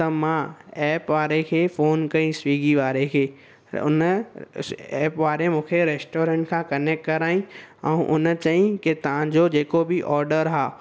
त मां एप वारे खे फ़ोन कई स्विगी वारे खे त उन एप वारे में मूंखे रेस्टोरेंट खां कनैक्ट करायईं ऐं हुन चयईं की तव्हांजो जेको बि ऑडर आहे